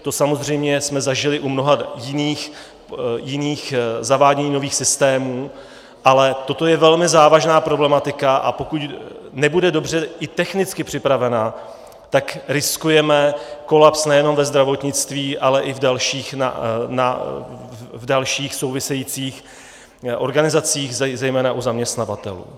To samozřejmě jsme zažili u mnoha jiných zavádění nových systémů, ale toto je velmi závažná problematika, a pokud nebude dobře i technicky připravena, tak riskujeme kolaps nejenom ve zdravotnictví, ale i v dalších, souvisejících organizacích, zejména u zaměstnavatelů.